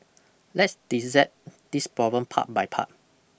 Let's dissect this problem part by part